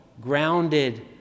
grounded